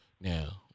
now